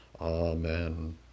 Amen